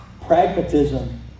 Pragmatism